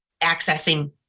accessing